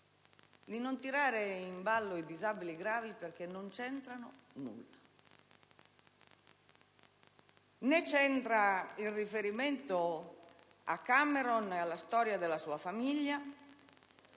di non tirare in ballo i disabili gravi perché non c'entrano nulla. Così come non c'entra il riferimento a Cameron e alla storia della sua famiglia,